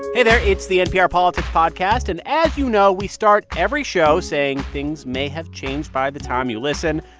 hey there. it's the npr politics podcast. and as you know, we start every show saying, things may have changed by the time you listen.